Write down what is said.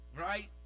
right